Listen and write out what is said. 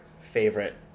favorite